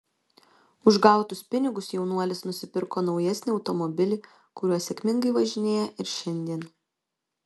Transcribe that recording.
už gautus pinigus jaunuolis nusipirko naujesnį automobilį kuriuo sėkmingai važinėja ir šiandien